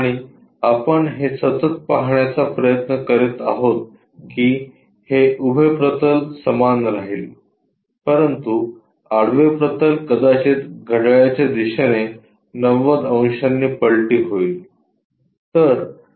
आणि आपण हे सतत पहाण्याचा प्रयत्न करीत आहोत की हे उभे प्रतल समान राहील परंतु आडवे प्रतल कदाचित घड्याळाच्या दिशेने 90 अंशांनी पलटी होईल